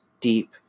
deep